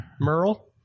Merle